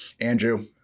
Andrew